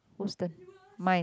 whose turn mine